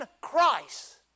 Christ